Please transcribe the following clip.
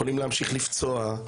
אתם יכולים להמשיך לפצוע.